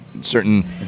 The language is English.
certain